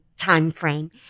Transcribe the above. timeframe